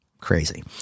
crazy